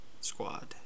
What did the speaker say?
Squad